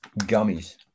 gummies